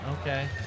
Okay